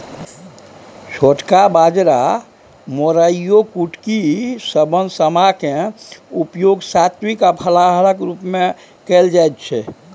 छोटका बाजरा मोराइयो कुटकी शवन समा क उपयोग सात्विक आ फलाहारक रूप मे कैल जाइत छै